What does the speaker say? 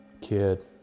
kid